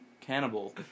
cannibal